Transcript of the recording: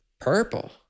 Purple